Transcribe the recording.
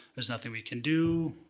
there's nothing we can do,